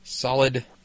Solid